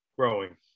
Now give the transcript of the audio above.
growing